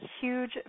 huge